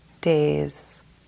days